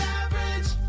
average